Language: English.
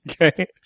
okay